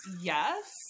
yes